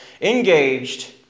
engaged